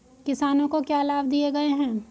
किसानों को क्या लाभ दिए गए हैं?